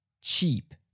cheap